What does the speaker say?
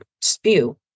spew